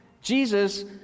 Jesus